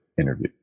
interview